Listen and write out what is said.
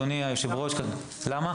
למה?